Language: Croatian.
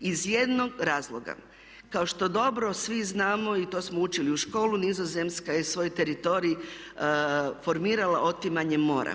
iz jednog razloga. Kao što dobro svi znamo i to smo učili u školi Nizozemska je svoj teritorij formirala otimanjem mora.